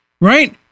right